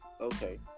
Okay